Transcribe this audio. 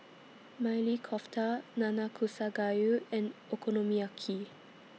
Maili Kofta Nanakusa Gayu and Okonomiyaki